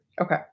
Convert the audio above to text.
okay